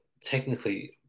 technically